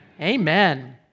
amen